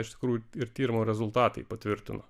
iš tikrųjų ir tyrimo rezultatai patvirtino